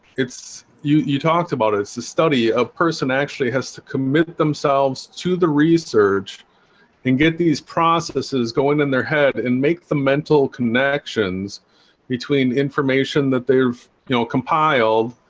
it's you you talked about it's the study a person actually has to commit themselves to the research and get these processes going in their head and make the mental connection between information that they've you know compiled